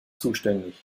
zuständig